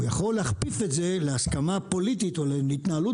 הוא יכול להכפיף את זה להסכמה פוליטית או להתנהלות